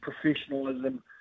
Professionalism